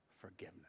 forgiveness